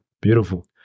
Beautiful